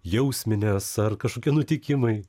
jausminės ar kažkokie nutikimai